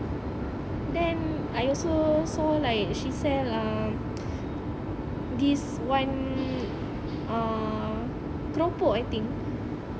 then I also saw like she sell um this one uh keropok I think